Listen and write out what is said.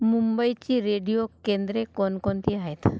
मुंबईची रेडिओ केंद्रे कोणकोणती आहेत